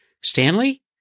Stanley